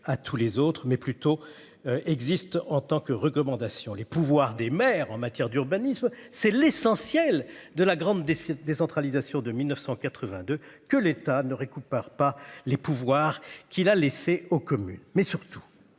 à tous les autres mais plutôt. Existe en tant que recommandations les pouvoirs des maires en matière d'urbanisme. C'est l'essentiel de la grande décentralisation de 1982 que l'État ne récupère pas les pouvoirs qu'il a laissée aux communes mais surtout